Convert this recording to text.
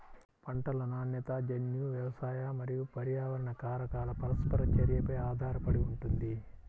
పంటల నాణ్యత జన్యు, వ్యవసాయ మరియు పర్యావరణ కారకాల పరస్పర చర్యపై ఆధారపడి ఉంటుంది